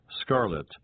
scarlet